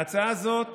ההצעה הזאת